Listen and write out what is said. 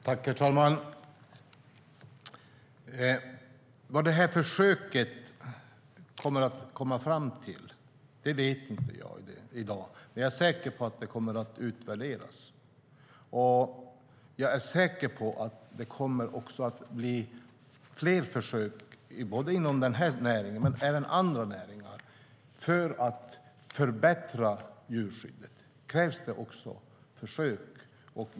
Herr talman! Vad försöket kommer fram till vet inte jag i dag, men jag är säker på att det kommer att utvärderas. Jag är också säker på att det kommer att bli fler försök både inom den här näringen och i andra näringar. För att djurskyddet ska förbättras krävs det också försök.